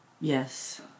Yes